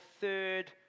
third